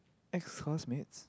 ex classmates